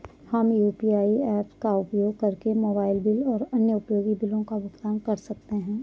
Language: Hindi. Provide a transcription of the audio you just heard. हम यू.पी.आई ऐप्स का उपयोग करके मोबाइल बिल और अन्य उपयोगी बिलों का भुगतान कर सकते हैं